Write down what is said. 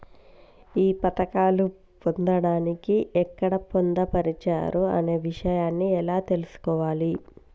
ఈ పథకాలు పొందడానికి ఎక్కడ పొందుపరిచారు అనే విషయాన్ని ఎలా తెలుసుకోవాలి?